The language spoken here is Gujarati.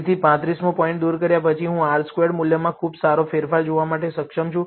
તેથી 35 મો પોઇન્ટને દૂર કર્યા પછી હું R સ્ક્વેર્ડ મૂલ્યમાં ખૂબ સારો ફેરફાર જોવા માટે સક્ષમ છું